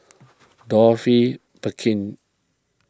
Dorothy Perkins